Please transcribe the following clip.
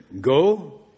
Go